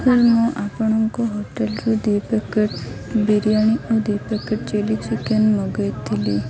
sir ମୁଁ ଆପଣଙ୍କ ହୋଟେଲ୍ରୁ ଦୁଇ ପ୍ୟାକେଟ୍ ବିରିୟାନୀ ଆଉ ଦୁଇ ପ୍ୟାକେଟ୍ ଚିଲ୍ଲି ଚିକେନ୍ ମଗାଇଥିଲି